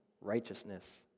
righteousness